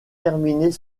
terminer